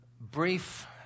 brief